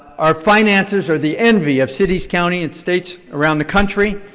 our finances are the envy of cities, counties, and states around the country.